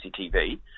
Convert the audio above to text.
CCTV